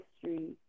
history